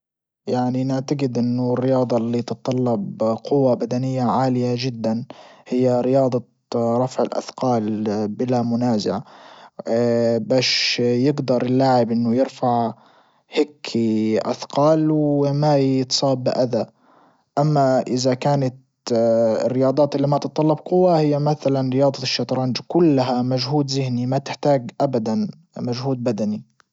يعني نعتجد انه الرياضة اللي تتطلب قوة بدنية عالية جدا هي رياضة رفع الاثقال بلا منازع باش يقدر اللاعب انه يرفع هيكي اثقال وما يتصاب باذى اما اذا كانت الرياضات اللي ما تتطلب قوة هي مثلا رياضة الشطرنج كلها مجهود زهني ما تحتاج ابدا مجهود بدني.